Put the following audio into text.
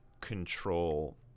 control